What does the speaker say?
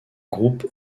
groupe